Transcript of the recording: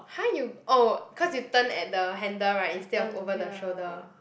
!huh! you oh cause you turn at the handle right instead of over the shoulder